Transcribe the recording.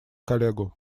коллегу